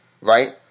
right